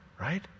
right